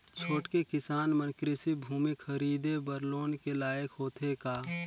छोटके किसान मन कृषि भूमि खरीदे बर लोन के लायक होथे का?